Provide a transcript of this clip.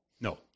No